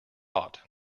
ought